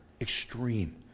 Extreme